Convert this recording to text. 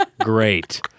Great